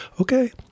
okay